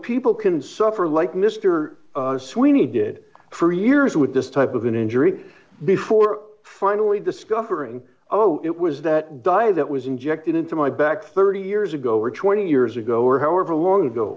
people can suffer like mr sweeney did for years with this type of an injury before finally discovering oh it was that di that was injected into my back thirty years ago or twenty years ago or however long ago